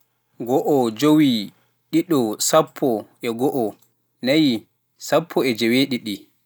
Go'o, jowi, ɗiɗo, sappo e go'o, nayi, sappo e joweeɗiɗi.